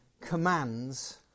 commands